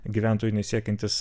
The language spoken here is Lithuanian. gyventojų nesiekiantis